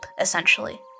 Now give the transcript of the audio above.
essentially